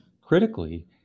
critically